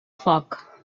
foc